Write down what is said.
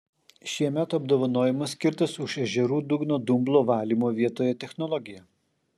šiemet apdovanojimas skirtas už ežerų dugno dumblo valymo vietoje technologiją